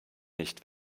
nicht